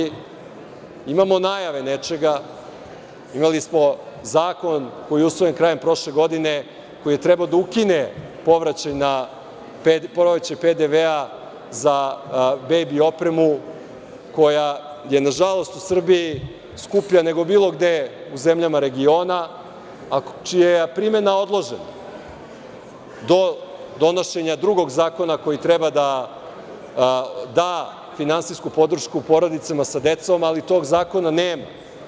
Imamo najave nečega, imali smo zakon koji je usvojen krajem prošle godine, koji je trebao da ukine povraćaj PDV-a za bebi opremu, koja je, nažalost, u Srbiji skuplja nego bilo gde u zemljama regiona, a čija je primena odložena do donošenja drugog zakona koji treba da da finansijsku podršku porodicama sa decom, ali tog zakona nema.